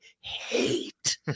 hate